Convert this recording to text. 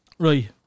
Right